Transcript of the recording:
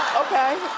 okay.